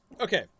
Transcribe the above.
Okay